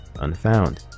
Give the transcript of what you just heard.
unfound